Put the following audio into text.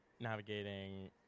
navigating